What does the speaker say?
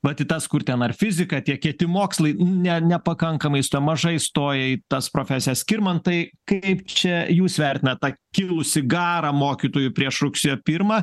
vat į tas kur ten ar fizika tie kieti mokslai ne nepakankamai stoja mažai stoja į tas profesijas skirmantai kaip čia jūs vertinat tą kilusį garą mokytojų prieš rugsėjo pirmą